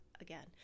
again